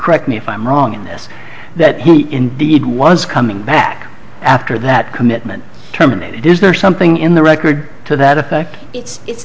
correct me if i'm wrong in this that he indeed was coming back after that commitment terminated is there something in the record to that effect it's